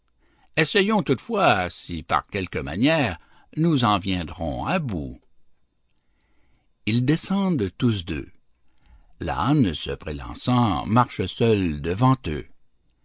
essayons toutefois si par quelque manière nous en viendrons à bout ils descendent tous deux l'âne se prélassant marche seul devant eux